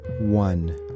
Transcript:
one